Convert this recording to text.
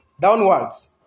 downwards